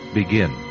begin